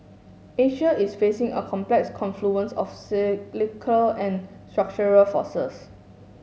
Asia is facing a complex confluence of cyclical and structural forces